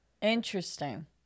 interesting